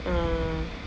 ah